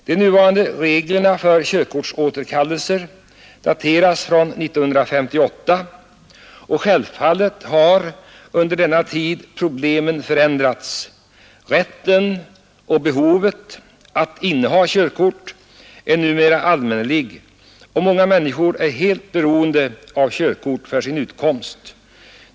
De nuvarande reglerna för körkortsåterkallelser dateras från 1958. Självfallet har problemen förändrats sedan dess. Rätten och behovet att inneha körkort är numera allmännelig, och många människor är helt beroende av körkort för sin utkomst.